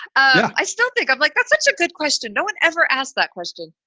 i still think i'm like, that's such a good question. no one ever asked that question.